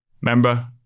Remember